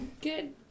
Good